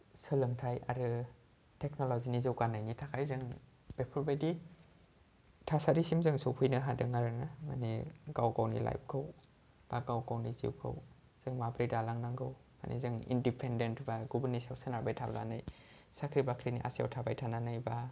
सोलोंथाइ आरो टेक्न'ल'जिनि जौगानायनि थाखाय जों बेफोरबायदि थासारिसिम जों सफैनो हादों आरो ना माने गाव गावनि लाइफखौ बा गाव गावनि जिउखौ जों माबोरै दालांनांगौ माने जों इन्डिपेन्डेन्ट बा गुबुननि सायाव सोनारबाय थानानै साख्रि बाख्रिनि आसायाव थाबाय थानानै बा